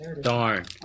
Darn